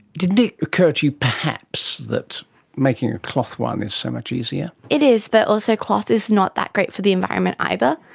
didn't it occur to you perhaps that making a cloth one is so much easier? it is, but also cloth is not that great for the environment either.